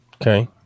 Okay